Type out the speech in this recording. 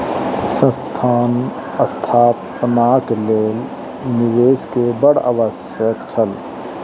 संस्थान स्थापनाक लेल निवेश के बड़ आवश्यक छल